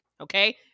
okay